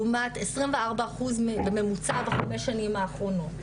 לעומת 24 אחוז בממוצע בחמש שנים האחרונות,